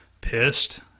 pissed